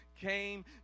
came